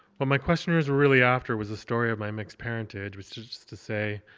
what my questioners were really after was the story of my mixed parentage, which is to say,